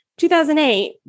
2008